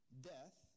death